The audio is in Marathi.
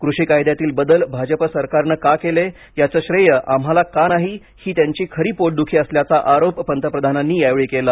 कृषी कायद्यातील बदल भाजप सरकारने का केले याचे श्रेय आम्हाला का नाही ही त्यांची खरी पोटदुखी असल्याचा आरोप पंतप्रधानांनी यावेळी केला